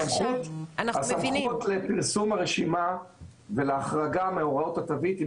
הסמכות לפרסום הרשימה ולהחרגה מהוראות התווית היא